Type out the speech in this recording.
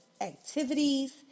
activities